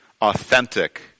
authentic